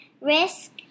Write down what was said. risk